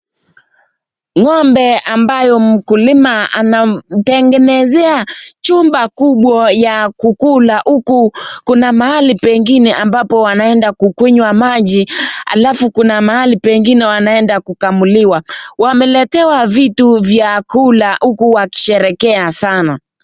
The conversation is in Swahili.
Ng'ombe ambayo mkulima anamtengenezea chumba kubwa ya kukula huku kuna mahali pengine ambapo wanaenda kukunywa maji alafu kuna mahali pengine wanaenda kukamuliwa. Wameletewa vitu vya kula huku wakisherekea sana.